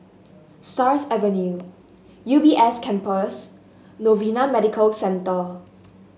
Stars Avenue U B S Campus Novena Medical Centre